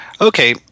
Okay